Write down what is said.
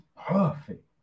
perfect